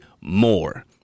more